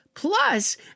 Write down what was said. Plus